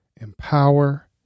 empower